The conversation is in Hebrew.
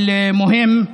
(אומר דברים בשפה הערבית,